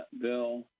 Bill